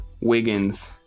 Wiggins